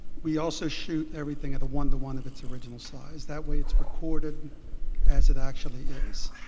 we also shoot everything at a one to one of its original size. that way it's recorded as it actually is.